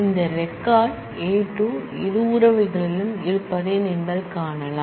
இந்த ரெக்கார்ட் α 2 இரு ரிலேஷன்களிலும் இருப்பதை நீங்கள் காணலாம்